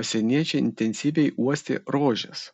pasieniečiai intensyviai uostė rožes